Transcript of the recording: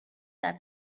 that